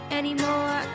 anymore